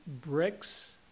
bricks